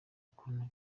ukuntu